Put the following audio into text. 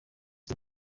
uri